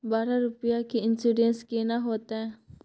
बारह रुपिया के इन्सुरेंस केना होतै?